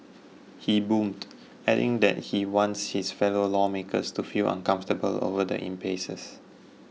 he boomed adding that he wants his fellow lawmakers to feel uncomfortable over the impasses